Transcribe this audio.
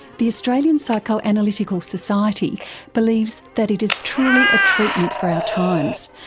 the australian psychoanalytical society believes that it is truly a treatment for our times,